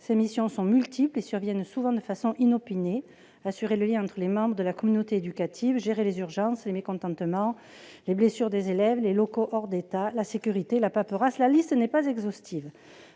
lesquelles sont multiples et surviennent souvent de façon inopinée : assurer le lien entre les membres de la communauté éducative, gérer les urgences, les mécontentements, les blessures des élèves, les locaux hors d'état, la sécurité, la paperasse ... Et la liste n'est pas exhaustive.